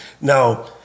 now